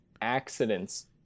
accidents